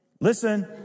Listen